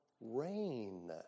rain